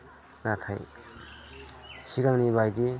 नाथाय सिगांनि बायदि